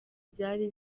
byari